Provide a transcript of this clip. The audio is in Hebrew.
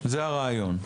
זה הרעיון.